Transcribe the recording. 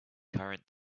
current